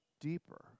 deeper